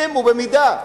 אם ובמידה,